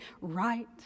right